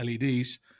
LEDs